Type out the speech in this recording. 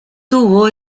tuvo